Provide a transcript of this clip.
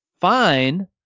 fine